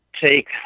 take